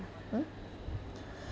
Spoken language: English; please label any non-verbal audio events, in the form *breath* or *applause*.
!huh! *breath*